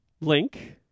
Link